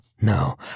no